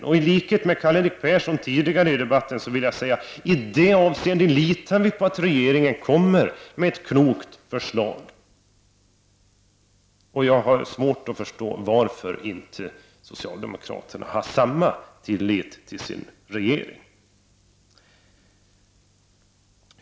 I det avseendet litar vi på — i likhet med vad Karl-Erik Persson sade tidigare under debatten — att regeringen kommer med ett klokt förslag. Jag har svårt att förstå varför inte socialdemokraterna har samma tillit till regeringen.